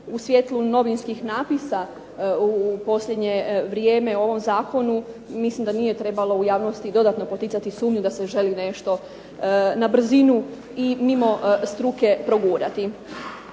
u svjetlu novinskih napisa u posljednje vrijeme o ovom Zakonu mislim da nije trebalo u javnosti dodatno poticati sumnju da se želi nešto na brzinu i mimo struke progurati.